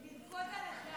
לבכות על הגג.